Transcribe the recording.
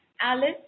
Alice